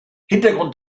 hintergrund